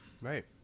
Right